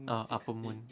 ah upper moon